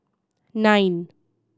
nine